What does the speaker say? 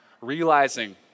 Realizing